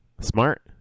Smart